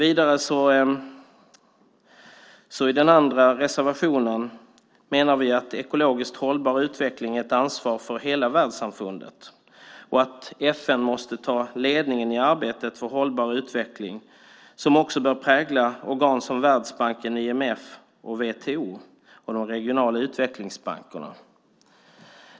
I den andra reservationen menar vi att ekologiskt hållbar utveckling är ett ansvar för hela världssamfundet. FN måste ta ledningen i arbetet för hållbar utveckling, som också bör prägla organ som Världsbanken, IMF, WTO och de regionala utvecklingsbankerna.